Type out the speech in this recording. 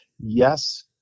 yes